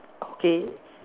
okay